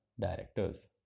directors